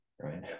right